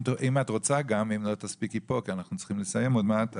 אם לא תספיקי פה כי אנחנו צריכים לסיים עוד מעט,